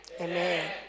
Amen